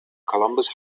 columbus